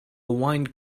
wine